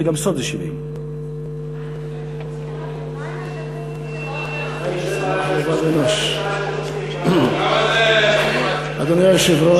וגם סוד זה 70. אדוני היושב-ראש,